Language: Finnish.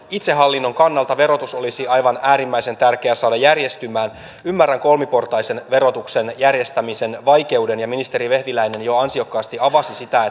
itsehallinnon kannalta verotus olisi aivan äärimmäisen tärkeää saada järjestymään ymmärrän kolmiportaisen verotuksen järjestämisen vaikeuden ja ministeri vehviläinen jo ansiokkaasti avasi sitä